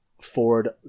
Ford